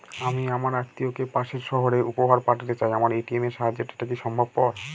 আমি আমার আত্মিয়কে পাশের সহরে উপহার পাঠাতে চাই আমার এ.টি.এম এর সাহায্যে এটাকি সম্ভবপর?